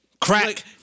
Crack